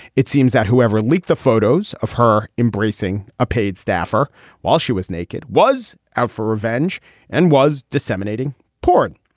it seems that whoever leaked the photos of her embracing a paid staffer while she was naked was out for revenge and was disseminating porn.